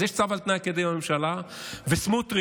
אז יש צו על תנאי כנגד הממשלה, וסמוטריץ'